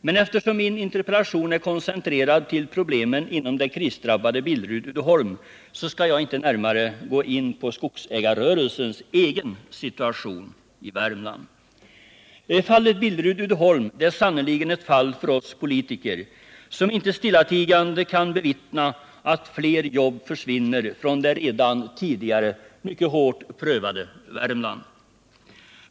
Men eftersom min interpellation är koncentrerad till problemen inom det krisdrabbade Billerud-Uddeholm, skall jag inte närmare gå in på skogsägarrörelsens egen situation i Värmland. Fallet Billerud-Uddeholm är sannerligen ett fall för oss politiker, som inte stillatigande kan bevittna att fler jobb försvinner från det redan tidigare mycket hårt prövade Värmland.